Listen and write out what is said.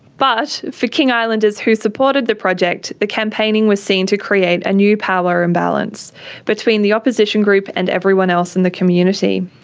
but, for king islanders who supported the project the campaigning was seen to create a new power imbalance between the opposition group and everyone else in the community.